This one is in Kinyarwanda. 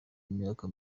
imyaka